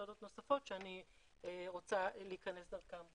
מתודות נוספות שאני רוצה להיכנס דרכן.